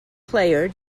player